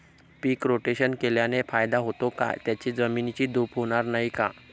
पीक rotation केल्याने फायदा होतो का? त्याने जमिनीची धूप होणार नाही ना?